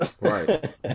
Right